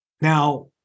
Now